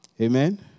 Amen